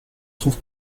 trouve